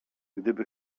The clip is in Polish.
gdyby